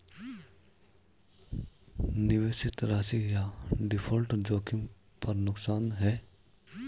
निवेशित राशि या डिफ़ॉल्ट जोखिम पर नुकसान है